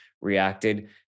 reacted